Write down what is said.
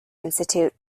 institute